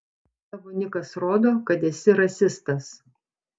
tavo nikas rodo kad esi rasistas